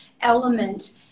element